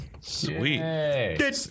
Sweet